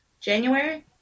January